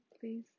please